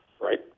right